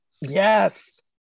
Yes